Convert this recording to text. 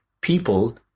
people